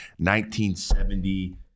1970